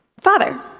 Father